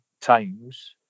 times